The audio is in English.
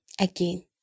Again